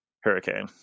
Hurricane